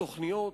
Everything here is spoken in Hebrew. התוכניות,